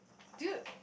do you